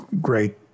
great